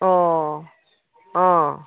ꯑꯣ ꯑꯥ